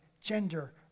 gender